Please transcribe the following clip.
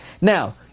Now